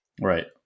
Right